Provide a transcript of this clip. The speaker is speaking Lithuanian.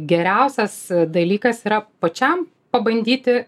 geriausias dalykas yra pačiam pabandyti